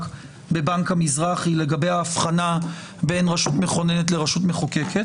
בבנק המזרחי לגבי ההבחנה בין רשות מכוננת לרשות מחוקקת.